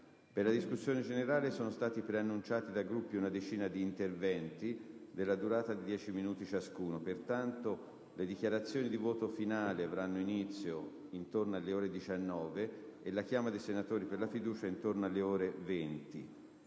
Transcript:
Per la discussione generale sono stati preannunciati dai Gruppi una decina di interventi, della durata di 10 minuti ciascuno. Pertanto le dichiarazioni di voto finali avranno inizio intorno alle ore 19 e la chiama dei senatori intorno alle ore 20.